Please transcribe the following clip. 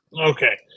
Okay